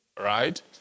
right